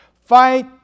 Fight